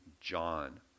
John